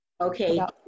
okay